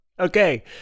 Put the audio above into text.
okay